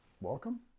welcome